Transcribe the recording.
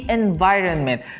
environment